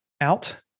out